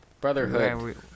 Brotherhood